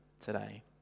today